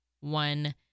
one